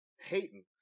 hating